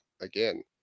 again